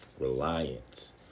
reliance